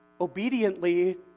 obediently